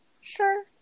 sure